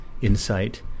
insight